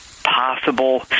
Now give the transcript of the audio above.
possible